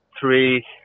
three